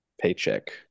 paycheck